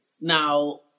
Now